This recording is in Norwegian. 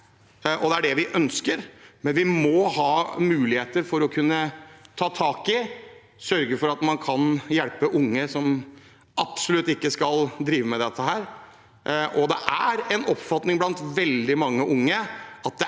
det er det vi ønsker, men vi må ha mulighet for å kunne ta tak i og sørge for at man kan hjelpe unge som absolutt ikke skal drive med dette. Og det er en oppfatning blant veldig mange unge at det